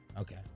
Okay